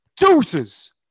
Deuces